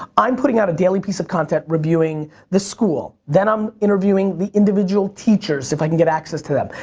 i'm putting out a daily piece of content reviewing the school, then i'm interviewing the individual teachers if i can get access to them,